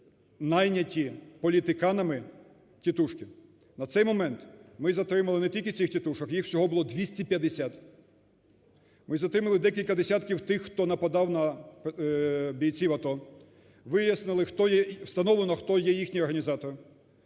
найняті політиканами тітушки. На цей момент ми затримали не тільки цих тітушок, а їх всього було 250, ми затримали декілька десятків тих, хто нападав на бійців АТО, вияснили, встановлено хто є їхній організатор.